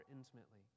intimately